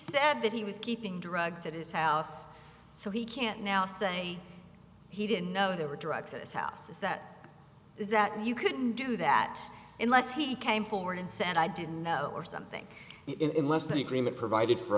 said that he was keeping drugs at his house so he can't now say he didn't know there were drugs at his house is that is that you couldn't do that unless he came forward and said i didn't know or something in less than agreement provided for